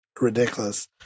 ridiculous